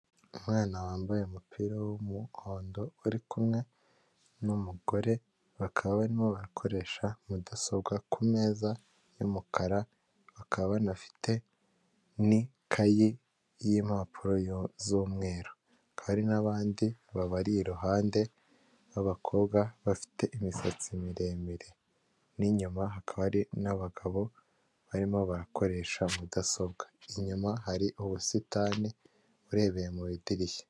Umwana wambaye umupira w'umuhondo wari kumwe n'umugore, bakaba barimo barakoresha mudasobwa ku meza y'umukara bakaba banafite n'ikayi y'impapuro z'umweru. Hakaba hari n'abandi babiri iruhande rw'abakobwa bafite imisatsi miremire, n'inyuma hakaba hari n'abagabo barimo barakoresha mudasobwa ,inyuma hari ubusitani urebeye mu idirishya.